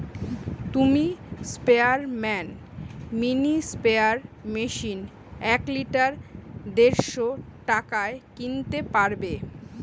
তুমি Sprayman mini sprayer machine এক litre দেড়শ টাকায় কিনতে পারবে